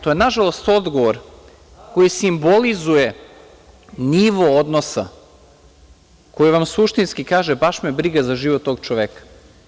To je, nažalost, odgovor koji simbolizuje nivo odnosa koji vam suštinski kaže baš me briga za život tog čoveka.